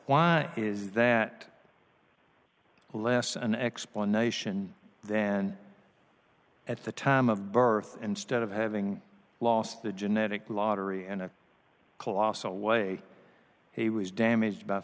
why is that less an explanation then at the time of birth instead of having lost the genetic lottery in a colossal way he was damaged